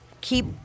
keep –